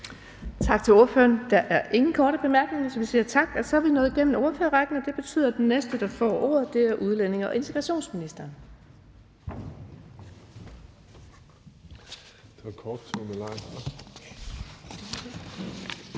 Vind): Der er ingen korte bemærkninger, så vi siger tak til ordføreren. Så er vi nået igennem ordførerrækken, og det betyder, at den næste, der får ordet, er udlændinge- og integrationsministeren.